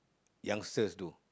youngsters do